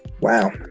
Wow